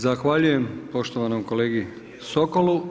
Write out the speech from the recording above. Zahvaljujem poštovanom kolegi Sokolu.